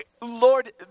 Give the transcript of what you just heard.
Lord